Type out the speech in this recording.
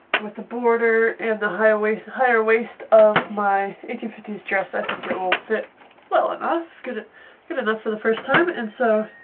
with the border and the higher waist higher waist of my eighteen fifty s dress i think it will fit well enough, good good enough for the first time and so